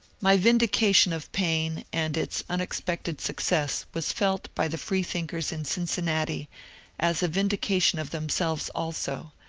my vindication of paine and its unexpected success was felt by the freethinkers in cincinnati as a vindication of them selves also,